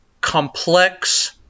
complex